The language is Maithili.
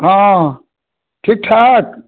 हँ ठीक ठाक